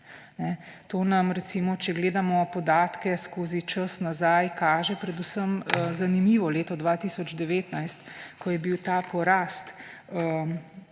To nam, če gledamo podatke skozi čas nazaj, kaže predvsem zanimivo leto 2019, ko je bil ta porast